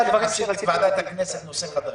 להפסקה.